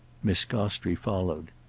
miss gostrey followed.